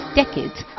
decades